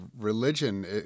religion